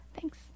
thanks